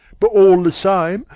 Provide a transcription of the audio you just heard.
but all the same,